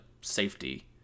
safety